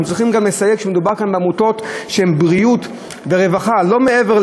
אנחנו צריכים גם לסייג שמדובר כאן בעמותות של בריאות ורווחה ולא מעבר,